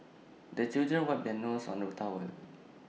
the children wipe their noses on the towel